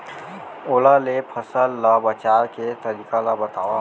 ओला ले फसल ला बचाए के तरीका ला बतावव?